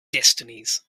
destinies